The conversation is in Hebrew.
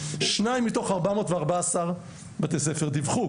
2 מתוך 414 בתי ספר דיווחו.